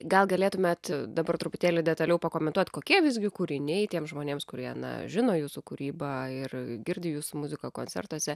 gal galėtumėt dabar truputėlį detaliau pakomentuot kokie visgi kūriniai tiems žmonėms kurie na žino jūsų kūrybą ir girdi jūsų muziką koncertuose